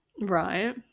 right